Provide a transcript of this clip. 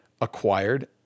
acquired